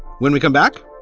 when we come back,